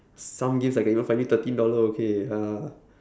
some games I can even find you thirteen dollar okay ya